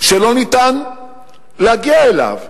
לא ניתן להגיע אליו.